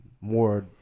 more